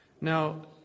Now